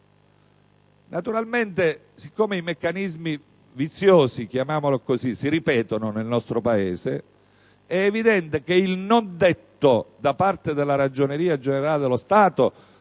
Naturalmente, siccome i meccanismi viziosi - chiamiamoli così - si ripetono nel nostro Paese, è evidente che il non detto da parte della Ragioneria generale dello Stato